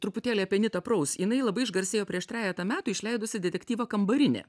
truputėlį apie nitą praus jinai labai išgarsėjo prieš trejetą metų išleidusi detektyvą kambarinė